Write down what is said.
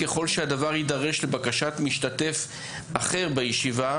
ככל שהדבר יידרש לבקשת משתתף אחר בישיבה,